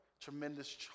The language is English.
tremendous